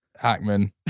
Hackman